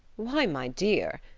why, my dear,